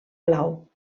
blau